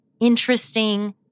interesting